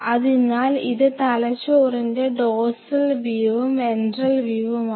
അതിനാൽ ഇത് തലച്ചോറിന്റെ ഡോർസൽ വ്യൂവും വെൻട്രൽ വ്യൂവുമാണ്